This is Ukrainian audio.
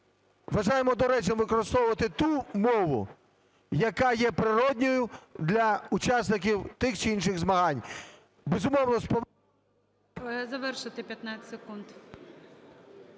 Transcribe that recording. Вважаємо доречним використовувати ту мову, яка є природною для учасників тих чи інших змагань.